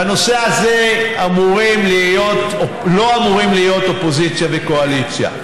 בנושא הזה לא אמורות להיות אופוזיציה וקואליציה.